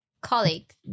colleague